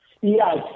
Yes